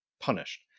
punished